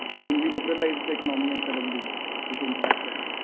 and then we liberalized the economy and suddenly became fastest rate.